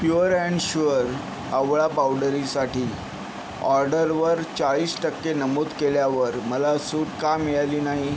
pure and sure आवळा पावडरीसाठी ऑर्डरवर चाळीस टक्के नमूद केल्यावर मला सूट का मिळाली नाही